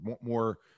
more